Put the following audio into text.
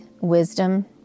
wisdom